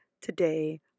today